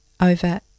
over